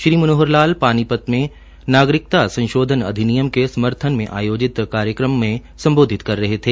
श्री मनोहर लाल पानीपत में नागरिकता संशोधन अधिनियम के समर्थन में आयोजित कार्यक्रम में सम्बोधित कर रहे थे